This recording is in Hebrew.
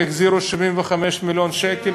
והחזירו 75 מיליון שקל,